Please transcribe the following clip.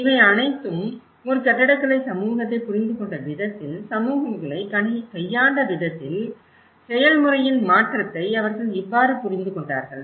இவை அனைத்தும் ஒரு கட்டடக்கலை சமூகத்தை புரிந்துகொண்ட விதத்தில் சமூகங்களை கையாண்ட விதத்தில் செயல்முறையின் மாற்றத்தை அவர்கள் இவ்வாறு புரிந்துகொண்டார்கள்